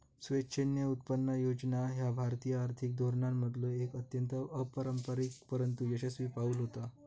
स्वेच्छेने उत्पन्न योजना ह्या भारतीय आर्थिक धोरणांमधलो एक अत्यंत अपारंपरिक परंतु यशस्वी पाऊल होता